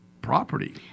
property